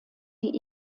die